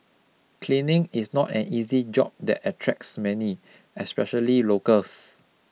cleaning is not an easy job that attracts many especially locals